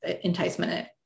enticement